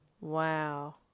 Wow